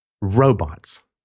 robots